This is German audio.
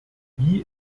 wie